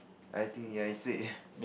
I think ya I said